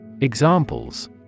Examples